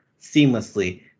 seamlessly